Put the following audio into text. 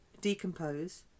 decompose